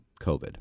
COVID